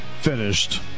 finished